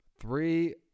Three